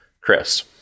Chris